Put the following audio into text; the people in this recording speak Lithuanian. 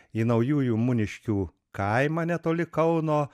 į naujųjų muniškių kaimą netoli kauno